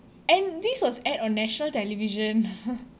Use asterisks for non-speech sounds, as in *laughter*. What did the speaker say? and this was aired on national television *laughs*